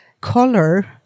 color